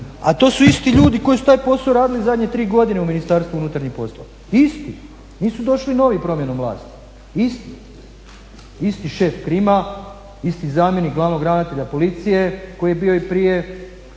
a to su isti ljudi koji su taj posao radili zadnje 3 godine u Ministarstvu unutarnjih poslova. Isti, nisu došli novi promjenom vlasti, isti. Isti šef Krim-a, isti zamjenik Glavnog ravnatelja Policije koji je bio i prije,